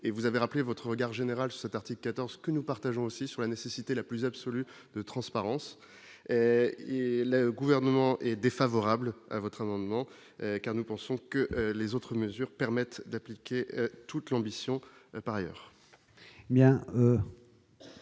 et vous avez rappelé votre regard général cet article 14 que nous partageons aussi sur la nécessité la plus absolue de transparence et le gouvernement est défavorable à votre amendement car nous pensons que les autres mesures permettent d'appliquer toute l'ambition par ailleurs.